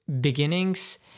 beginnings